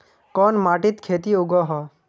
कोन माटित खेती उगोहो?